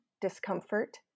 discomfort